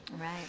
right